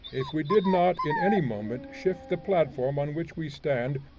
if we did not in any moment shift the platform on which we stand,